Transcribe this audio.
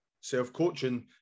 Self-coaching